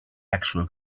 actual